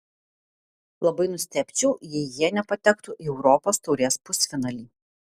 labai nustebčiau jei jie nepatektų į europos taurės pusfinalį